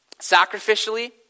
Sacrificially